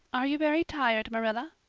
are you very tired, marilla?